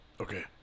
Okay